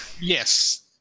yes